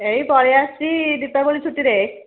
ଏଇ ପଳେଇ ଆସିଛି ଦୀପାବଳୀ ଛୁଟିରେ